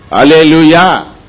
Hallelujah